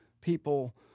people